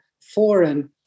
foreign